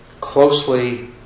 closely